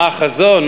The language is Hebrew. מה החזון,